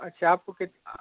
اچھا آپ کو کتنا